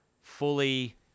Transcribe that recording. fully